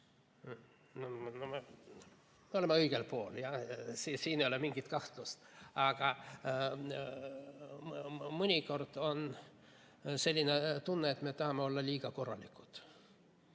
Me oleme õigel pool, jah, siin ei ole mingit kahtlust. Aga mõnikord on selline tunne, et me tahame olla liiga korralikud.